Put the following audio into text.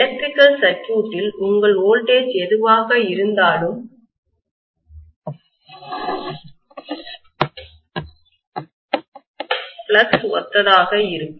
electrical circuit இல் உங்கள் voltage எதுவாக இருந்தாலும் ஃப்ளக்ஸ் ஒத்ததாக இருக்கும்